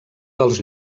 dels